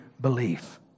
belief